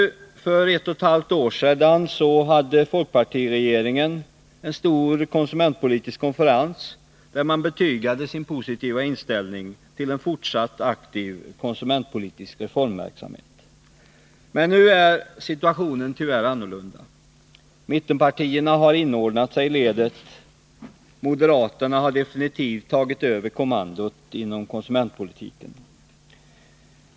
Så sent som för ett och ett halvt år sedan hade folkpartiregeringen en stor konsumentpolitisk konferens, där man betygade sin positiva inställning till en fortsatt aktiv konsumentpolitisk reformverksamhet. Nu är situationen tyvärr annorlunda. Mittenpartierna har inordnat sig i ledet. Moderaterna har definitivt tagit över kommandot inom konsumentpolitiken.